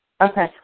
Okay